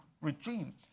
regime